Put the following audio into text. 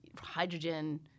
hydrogen